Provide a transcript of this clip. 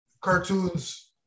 cartoons